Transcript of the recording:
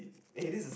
eh this is